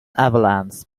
avalanche